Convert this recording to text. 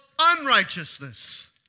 unrighteousness